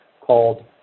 called